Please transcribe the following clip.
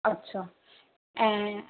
अच्छा ऐं